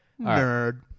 Nerd